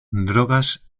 drogas